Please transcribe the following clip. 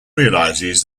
realizes